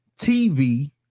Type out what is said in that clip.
TV